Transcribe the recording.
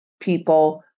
people